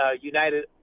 united